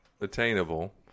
attainable